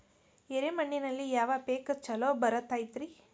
ಎರೆ ಮಣ್ಣಿನಲ್ಲಿ ಯಾವ ಪೇಕ್ ಛಲೋ ಬರತೈತ್ರಿ?